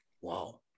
Wow